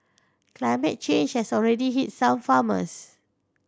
climate change has already hit some farmers